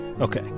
Okay